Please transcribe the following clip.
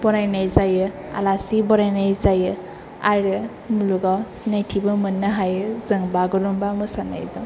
बरायनाय जायो आलासि बरायनाय जायो आरो मुलुगाव सिनायथिबो मोननो हायो जों बागुरुमबा मोसानायजों